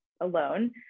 alone